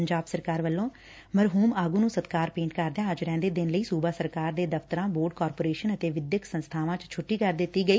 ਪੰਜਾਬ ਸਰਕਾਰ ਵੱਲੋਂ ਮਰਹੁਮ ਆਗੁ ਨੂੰ ਸਤਿਕਾਰ ਭੇਟ ਕਰਦਿਆਂ ਅੱਜ ਰਹਿੰਦੇ ਦਿਨ ਲਈ ਸੁਬਾ ਸਰਕਾਰ ਦੇ ਦਫ਼ਤਰਾਂ ਬੋਰਡ ਕਾਰਪੋਰੇਸ਼ਨ ਅਤੇ ਵਿਦਿਅਕ ਸੰਸਬਾਵਾਂ ਵਿਚ ਛੱਟੀ ਕਰ ਦਿੱਤੀ ਗਈ